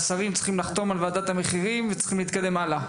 והשרים צריכים לחתום על ועדת המחירים וצריכים להתקדם הלאה.